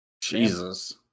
Jesus